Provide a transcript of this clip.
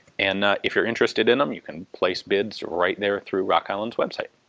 and if you're interested in them, you can place bids right there through rock island's website.